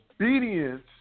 obedience